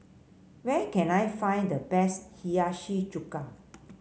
where can I find the best Hiyashi Chuka